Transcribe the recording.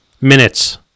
Minutes